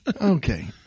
Okay